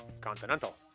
Continental